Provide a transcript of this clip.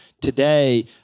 today